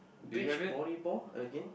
beach volleyball again